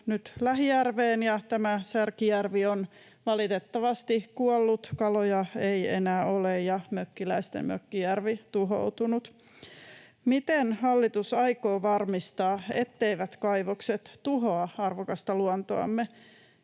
nyt lähijärveen, ja tämä Särkijärvi on valitettavasti kuollut. Kaloja ei enää ole, ja mökkiläisten mökkijärvi tuhoutunut. Miten hallitus aikoo varmistaa, etteivät kaivokset tuhoa arvokasta luontoamme,